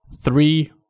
three